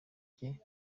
bye